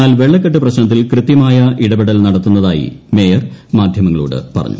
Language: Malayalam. എന്നാൽ വെള്ളക്കെട്ട് പ്രശ്നത്തിൽ കൃത്യമായ ഇടപെടൽ നടത്തുന്നതായി കൊച്ചി മേയർ മാധ്യമങ്ങളോട് പറഞ്ഞു